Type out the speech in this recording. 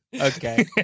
okay